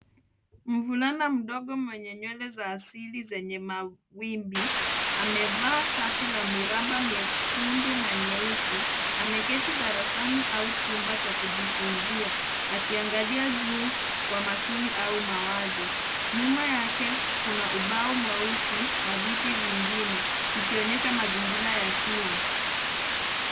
Mvulana mdogo mwenye nywele za asili zenye mawimbi, amevaa shati la miraba miekundu na nyeusi, ameketi darasani au chumba cha kujifunzia, akiangalia juu kwa makini au mawazo. Nyuma yake kuna ubao mweusi na viti vingine ikionyesha mazingira ya shule.